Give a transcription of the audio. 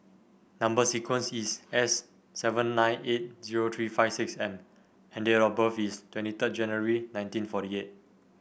number sequence is S seven nine eight zero three five six M and date of birth is twenty third January nineteen forty eight